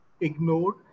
ignored